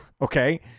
Okay